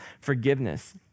forgiveness